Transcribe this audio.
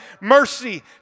mercy